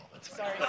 Sorry